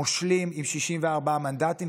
מושלים עם 64 מנדטים,